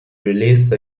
released